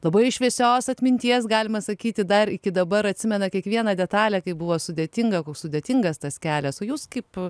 labai šviesios atminties galima sakyti dar iki dabar atsimena kiekvieną detalę kaip buvo sudėtinga koks sudėtingas tas kelias o jūs kaip